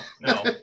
no